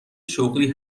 شغلی